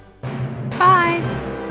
Bye